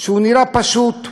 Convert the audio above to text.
שנראה פשוט: